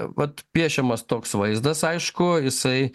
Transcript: vat piešiamas toks vaizdas aišku jisai